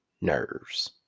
nerves